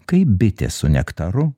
kaip bitė su nektaru